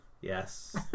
Yes